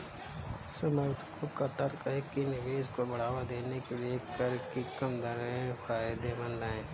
समर्थकों का तर्क है कि निवेश को बढ़ावा देने के लिए कर की कम दरें फायदेमंद हैं